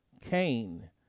cain